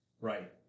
Right